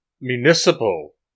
municipal